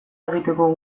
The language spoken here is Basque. egiteko